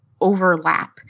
overlap